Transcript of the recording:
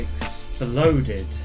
exploded